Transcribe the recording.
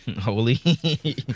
Holy